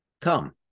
Come